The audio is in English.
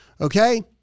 Okay